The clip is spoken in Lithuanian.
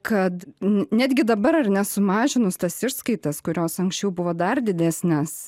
kad n netgi dabar ar ne sumažinus tas išskaitas kurios anksčiau buvo dar didesnės